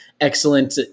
excellent